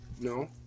No